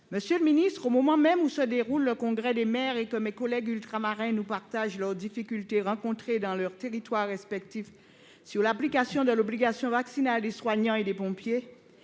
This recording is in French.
Monsieur le ministre, au moment même où se déroule le Congrès des maires et que mes collègues élus ultramarins nous partagent les difficultés qu'ils rencontrent dans leurs territoires respectifs sur l'application de l'obligation vaccinale des soignants et des pompiers,